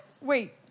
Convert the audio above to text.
wait